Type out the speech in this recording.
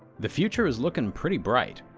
the future is looking pretty bright.